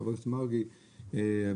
חבר הכנסת מרגי ואחרים,